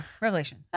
Revelation